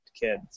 kids